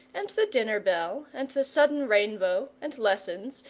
and the dinner-bell, and the sudden rainbow, and lessons,